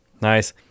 Nice